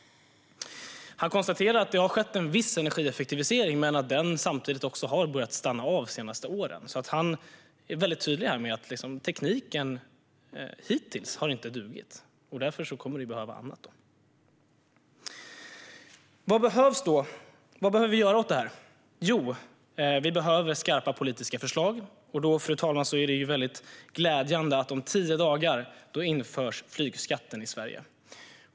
Han konstaterar att det har skett en viss energieffektivisering men att den samtidigt har börjat stanna av de senaste åren. Han är väldigt tydlig med att tekniken hittills inte har dugt, och därför kommer vi att behöva annat. Vad behöver vi göra åt det? Jo, vi behöver skarpa politiska förslag. Det är därför väldigt glädjande att om tio dagar införs flygskatten i Sverige.